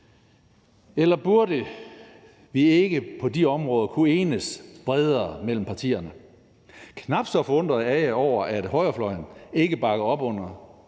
Eller burde vi ikke på de områder kunne enes bredere mellem partierne? Knap så forundret er jeg over, at højrefløjen ikke bakker op om det